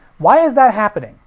why is that happening?